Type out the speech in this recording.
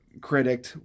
critic